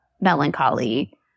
melancholy